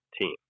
team